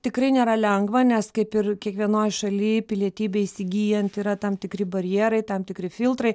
tikrai nėra lengva nes kaip ir kiekvienoj šalyj pilietybę įsigyjant yra tam tikri barjerai tam tikri filtrai